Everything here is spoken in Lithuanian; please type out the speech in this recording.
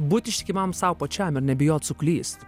būt ištikimam sau pačiam ir nebijot suklyst